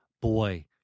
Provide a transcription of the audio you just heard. boy